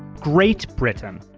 great britain,